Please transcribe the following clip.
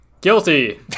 Guilty